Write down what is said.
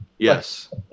Yes